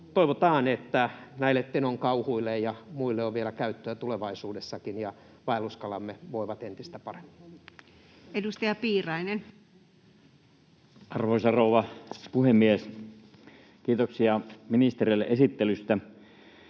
toivotaan, että näille Tenon kauhuille ja muille on vielä käyttöä tulevaisuudessakin ja vaelluskalamme voivat entistä paremmin. Edustaja Piirainen. Arvoisa rouva puhemies! Kiitoksia ministerille esittelystä.